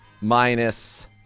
minus